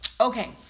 Okay